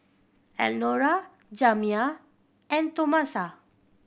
Elnora Jamya and Tomasa